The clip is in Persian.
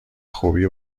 خوبی